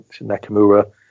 Nakamura